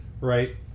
right